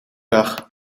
dag